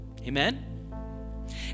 amen